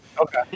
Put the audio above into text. Okay